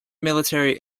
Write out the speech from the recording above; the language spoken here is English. military